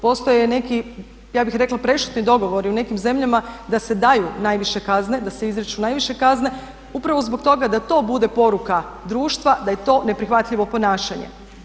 Postoje neki ja bi rekla prešutni dogovori u nekim zemljama da se daju najviše kazne, da se izriču najviše kazne upravo zbog toga da to bude poruka društva da je to neprihvatljivo ponašanje.